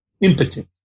impotent